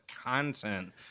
content